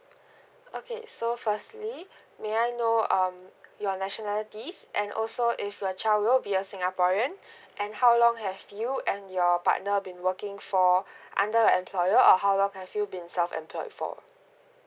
okay so firstly may I know um your nationalities and also if your child will be a singaporean and how long have you and your partner been working for under an employer or how long have you been self employed for